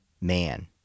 man